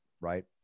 right